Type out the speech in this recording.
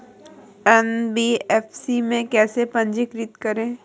NBFC में कैसे पंजीकृत करें?